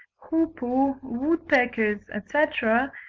hoopoe, woodpeckers, etc,